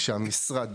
כשהמשרד,